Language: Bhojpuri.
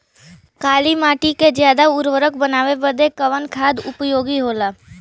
काली माटी के ज्यादा उर्वरक बनावे के बदे कवन खाद उपयोगी होला?